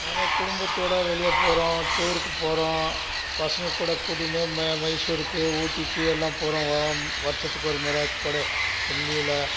நாங்கள் குடும்பத்தோடு வெளியே போகிறோம் டூருக்கு போகிறோம் பசங்கள்கூட கூட்டின்னு ம மைசூருக்கு ஊட்டிக்கு எல்லாம் போகிறோம் வ வருஷத்துக்கு ஒரு முறை கோடை லீவில்